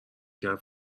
کرد